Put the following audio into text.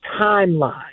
timeline